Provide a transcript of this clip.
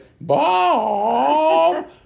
Bob